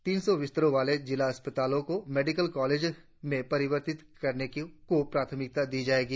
तीन सौ बिस्तरों वाले जिला अस्पतालों को मेडिकल कॉलेज में परिवर्तित करने को प्राथमिकता दी जाएगी